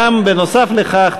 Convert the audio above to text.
נוסף על כך,